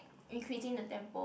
increasing the tempo